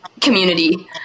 Community